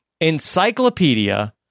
encyclopedia